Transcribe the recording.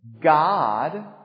God